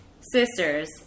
Sisters